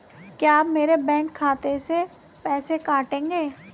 क्या आप मेरे बैंक खाते से पैसे काटेंगे?